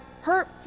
hurt